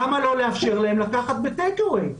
למה לא לאפשר להם לקחת ב-Take away?